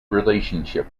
relationship